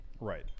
Right